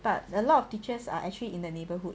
but a lot of teachers are actually in the neighbourhood